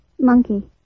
monkey